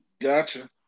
Gotcha